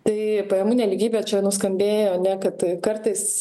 tai pajamų nelygybė čia nuskambėjo ne kad kartais